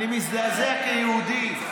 אני מזדעזע כיהודי.